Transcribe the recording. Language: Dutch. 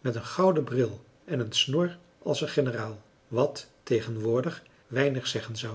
met een gouden bril en een snor als een generaal wat tegenwoordig weinig zeggen zou